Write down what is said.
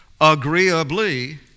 agreeably